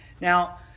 Now